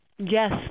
Yes